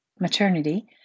maternity